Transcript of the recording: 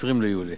20 ביולי.